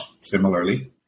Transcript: similarly